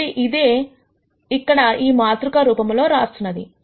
కాబట్టి ఇదే మనం ఇక్కడ ఈ మాతృక రూపము లో రాస్తున్నది